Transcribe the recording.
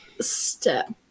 step